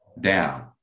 down